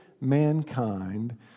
mankind